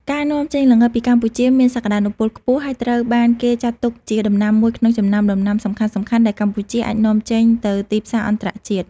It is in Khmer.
ការនាំចេញល្ងពីកម្ពុជាមានសក្ដានុពលខ្ពស់ ហើយត្រូវបានគេចាត់ទុកជាដំណាំមួយក្នុងចំណោមដំណាំសំខាន់ៗដែលកម្ពុជាអាចនាំចេញទៅទីផ្សារអន្តរជាតិ។